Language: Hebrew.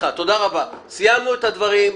סיימנו את הדברים.